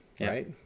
right